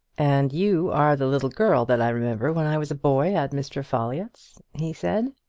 and you are the little girl that i remember when i was a boy at mr. folliott's? he said.